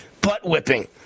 butt-whipping